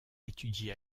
étudié